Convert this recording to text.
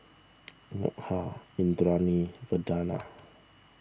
Milkha Indranee Vandana